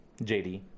JD